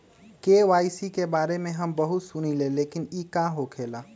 KYC के बारे में हम बहुत सुनीले लेकिन इ का होखेला?